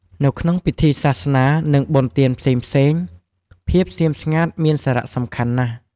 នៅក្នុងពិធីសាសនា និងបុណ្យទានផ្សេងៗ ភាពស្ងៀមស្ងាត់មានសារៈសំខាន់ណាស់។